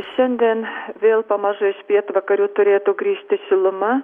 šiandien vėl pamažu iš pietvakarių turėtų grįžti šiluma